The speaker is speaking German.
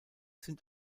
sind